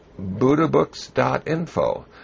buddhabooks.info